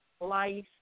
life